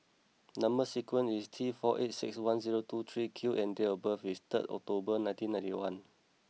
number sequence is T four eight six one zero two three Q and date of birth is third October nineteen ninety one